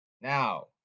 Now